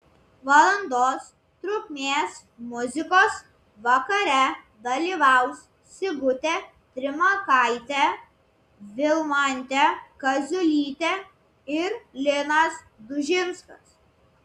valandos trukmės muzikos vakare dalyvaus sigutė trimakaitė vilmantė kaziulytė ir linas dužinskas